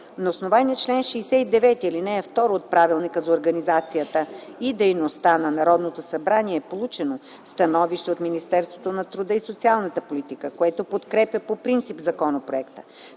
На основание чл. 69, ал. 2 от Правилника за организацията и дейността на Народното събрание е получено становище от Министерството на труда и социалната политика, което подкрепя по принцип законопроекта.